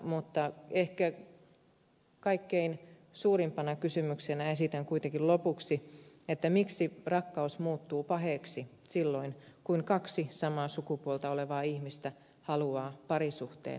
mutta ehkä kaikkein suurimpana kysymyksenä esitän kuitenkin lopuksi miksi rakkaus muuttuu paheeksi silloin kun kaksi samaa sukupuolta olevaa ihmistä haluaa parisuhteen ja perheen